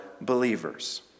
believers